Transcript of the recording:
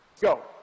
Go